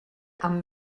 amb